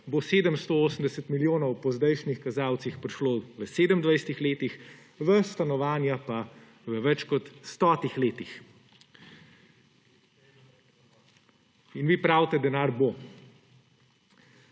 bo 780 milijonov po zdajšnjih kazalcih prišlo v 27 letih, v stanovanja pa v več kot 100 letih. In vi pravite, denar bo.